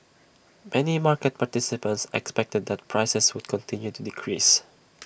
many market participants expected that prices would continue to decrease